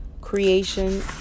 Creation